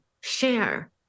share